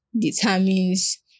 determines